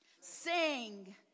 Sing